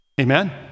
Amen